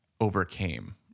overcame